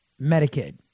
Medicaid